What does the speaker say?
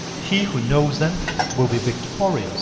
he who knows them will be victorious